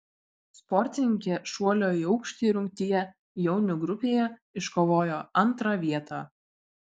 sportininkė šuolio į aukštį rungtyje jaunių grupėje iškovojo antrą vietą